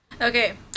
Okay